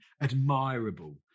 admirable